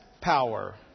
power